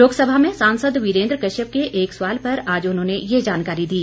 लोकसभा में सांसद वीरेंद्र कश्यप के एक सवाल पर आज उन्होंने ये जानकारी दी